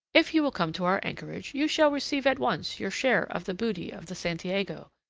if you will come to our anchorage, you shall receive at once your share of the booty of the santiago,